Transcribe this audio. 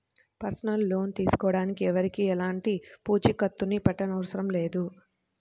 personal loan తీసుకోడానికి ఎవరికీ ఎలాంటి పూచీకత్తుని పెట్టనవసరం లేదు